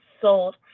sold